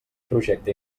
projecte